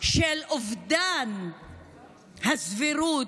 של אובדן הסבירות,